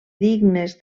dignes